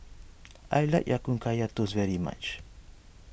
I like Ya Kun Kaya Toast very much